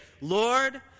Lord